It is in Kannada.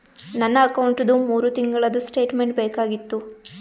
ನನ್ನ ಅಕೌಂಟ್ದು ಮೂರು ತಿಂಗಳದು ಸ್ಟೇಟ್ಮೆಂಟ್ ಬೇಕಾಗಿತ್ತು?